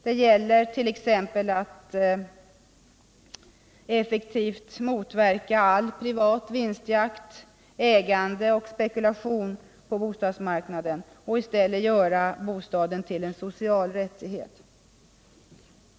Det gäller t.ex. att effektivt motverka all privat vinstjakt, ägande och spekulation på bostadsmarknaden och i stället göra bostaden till en social rättighet.